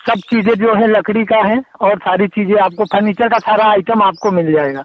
सब चीज़ें जो है लकड़ी की है और सारी चीज़ें आपको फर्नीचर का सारा आइटम आपको मिल जाएगा